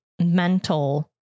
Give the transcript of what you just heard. mental